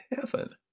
heaven